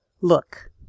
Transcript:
Look